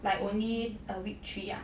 like only err week three ah